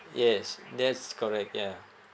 yes that's correct ya